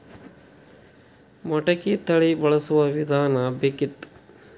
ಮಟಕಿ ತಳಿ ಬಳಸುವ ವಿಧಾನ ಬೇಕಿತ್ತು?